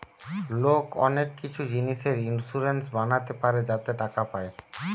লোক অনেক কিছু জিনিসে ইন্সুরেন্স বানাতে পারে যাতে টাকা পায়